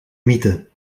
mythe